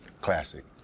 classic